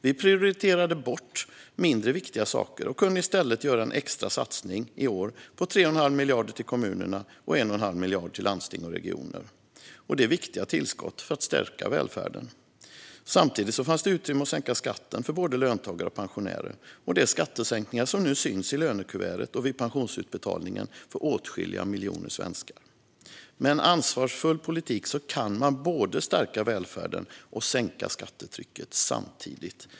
Vi prioriterade bort mindre viktiga saker och kunde i stället göra en extra satsning i år på 3 1⁄2 miljard till kommunerna och 1 1⁄2 miljard till landsting och regioner. Detta är viktiga tillskott för att stärka välfärden. Samtidigt fanns det utrymme att sänka skatten för både löntagare och pensionärer - skattesänkningar som nu syns i lönekuvertet och vid pensionsutbetalningen för åtskilliga miljoner svenskar. Med en ansvarsfull politik kan man både stärka välfärden och sänka skattetrycket - samtidigt.